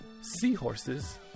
seahorses